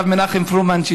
הרב מנחם פרומן,